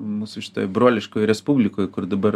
mūsų šitoj broliškoj respublikoj kur dabar